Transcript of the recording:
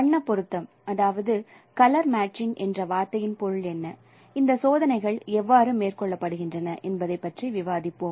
வண்ணப் பொருத்தம் என்ற வார்த்தையின் பொருள் என்ன இந்த சோதனைகள் எவ்வாறு மேற்கொள்ளப்படுகின்றன என்பதைப் பற்றி விவாதிப்போம்